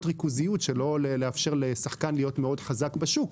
ריכוזיות לא לאפשר לשחקן להיות מאוד חזק בשוק.